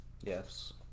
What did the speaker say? Yes